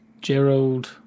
Gerald